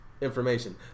Information